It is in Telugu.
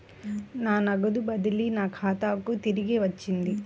నా నగదు బదిలీ నా ఖాతాకు తిరిగి వచ్చింది